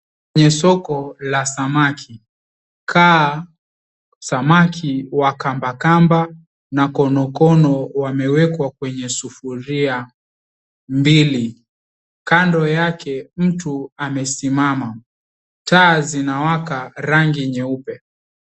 Kwenye soko la samaki, kaa, samaki wa kambakamba na konokono, wamewekwa kwenye sufuria mbili. Kando yake mtu amesimama. Taa zinawaka rangi nyeupe.